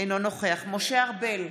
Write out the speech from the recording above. אינו נוכח משה ארבל,